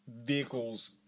vehicles